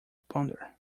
ponder